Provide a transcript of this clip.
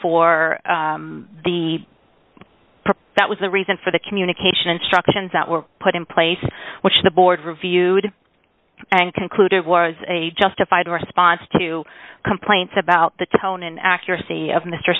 for the that was the reason for the communication instructions that were put in place which the board reviewed and concluded was a justified response to complaints about the tone and accuracy of mr